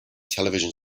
television